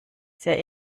sehr